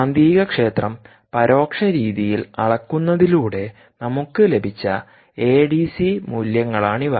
കാന്തികക്ഷേത്രം പരോക്ഷ രീതിയിൽ അളക്കുന്നതിലൂടെ നമുക്ക് ലഭിച്ച എഡിസി മൂല്യങ്ങളാണിവ